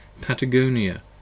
Patagonia